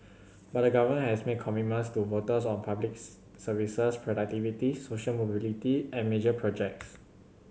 but the government has made commitments to voters on public services productivity social mobility and major projects